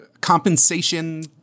compensation